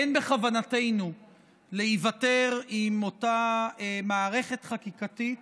אין בכוונתנו להיוותר עם אותה מערכת חקיקתית